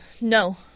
No